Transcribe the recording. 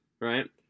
Right